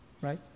Right